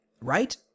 right